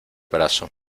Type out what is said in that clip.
brazo